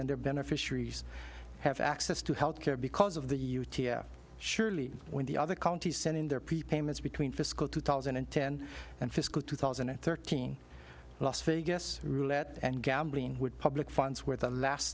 their beneficiaries have access to health care because of the u t m surely when the other counties send in their prepayments between fiscal two thousand and ten and fiscal two thousand and thirteen las vegas roulette and gambling with public funds were the last